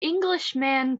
englishman